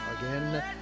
again